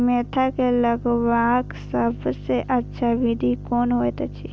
Mentha के लगवाक सबसँ अच्छा विधि कोन होयत अछि?